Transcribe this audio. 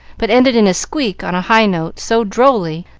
but ended in a squeak on a high note, so drolly,